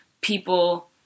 people